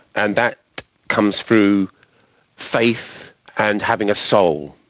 and that comes through faith and having a soul,